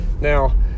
Now